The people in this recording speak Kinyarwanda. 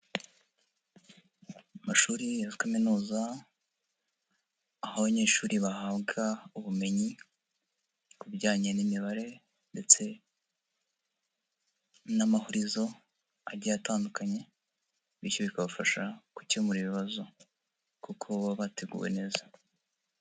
Amashuri ya kaminuza aho abanyeshuri bahabwa ubumenyi ku bijyanye n'Imibare ndetse n'amahuzo agiye atandukanye bityo bikabafasha gukemura ibibazo kuko baba bateguwe neza.